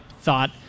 thought